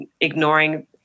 ignoring